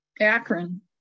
akron